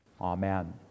Amen